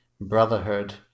Brotherhood